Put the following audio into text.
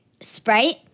Sprite